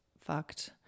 fucked